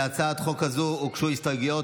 להצעת החוק הזו הוגשו הסתייגויות,